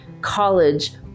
college